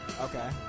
Okay